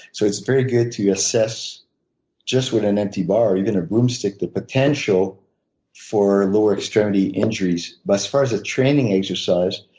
so it's very good to assess just with an empty bar even a broomstick the potential for lower extremity injuries. but as far as a training exercise,